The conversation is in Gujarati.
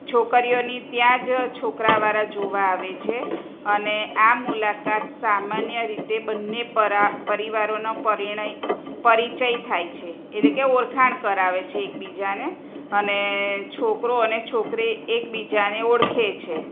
છોકરીઓની ત્યાં જ છોકરાવાળા જોવા આવે છે અને આ મુલાકાત સામાન્ય રીતે બંને પરિવારોને પરિચય થાય છે એટલે કે ઓળખાણ કરાવે છે એકબીજાને અને છોકરો અને છોકરી એકબીજાને ઓળખે છે